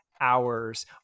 hours